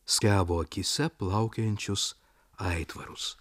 skiavo akyse plaukiojančius aitvarus